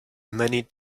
many